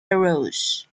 arose